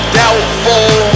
doubtful